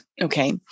okay